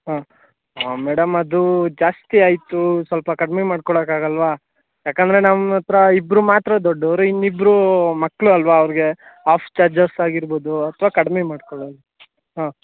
ಹಾಂ ಹಾಂ ಮೇಡಮ್ ಅದು ಜಾಸ್ತಿ ಆಯಿತು ಸ್ವಲ್ಪ ಕಡಿಮೆ ಮಾಡ್ಕೊಳಕ್ಕೆ ಆಗಲ್ಲವಾ ಯಾಕಂದರೆ ನಮ್ಮ ಹತ್ರ ಇಬ್ಬರು ಮಾತ್ರ ದೊಡ್ಡವರು ಇನ್ನಿಬ್ಬರು ಮಕ್ಕಳು ಅಲ್ಲವಾ ಅವ್ರಿಗೆ ಹಾಫ್ ಚಾರ್ಜಸ್ ಆಗಿರ್ಬೋದು ಅಥ್ವಾ ಕಡಿಮೆ ಮಾಡಿಕೊಳ್ಳಿ ಹಾಂ